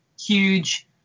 huge